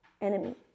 enemy